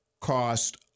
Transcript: cost